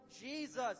jesus